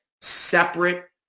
separate